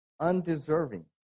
undeserving